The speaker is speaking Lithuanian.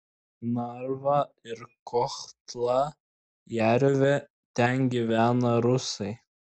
narva ir kohtla jervė ten gyvena rusai